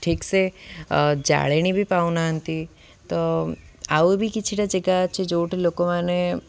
ଠିକ୍ସେ ଜାଳେଣି ବି ପାଉନାହାନ୍ତି ତ ଆଉ ବି କିଛିଟା ଜେଗା ଅଛି ଯେଉଁଠି ଲୋକମାନେ